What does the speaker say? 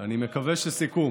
אני מקווה שסיכום.